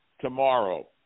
tomorrow